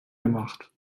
gemacht